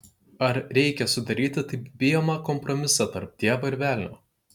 ar reikia sudaryti taip bijomą kompromisą tarp dievo ir velnio